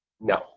No